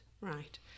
right